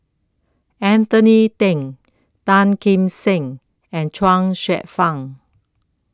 Anthony Then Tan Kim Seng and Chuang Hsueh Fang